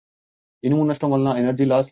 ఇనుము నష్టం వలన ఎనర్జీ లాస్ రోజంతా కాబట్టి 0